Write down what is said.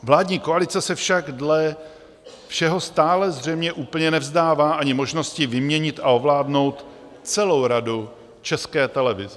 Vládní koalice se však dle všeho stále zřejmě úplně nevzdává ani možnosti vyměnit a ovládnout celou Radu České televize.